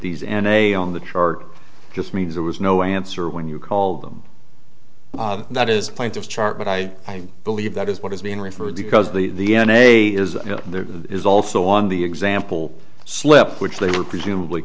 these and a on the chart just means there was no answer when you called them that is plaintive chart but i believe that is what is being referred to because the in a is the is also on the example slip which they were presumably